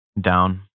down